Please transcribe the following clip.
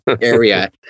area